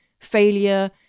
failure